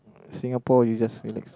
Singapore you just relax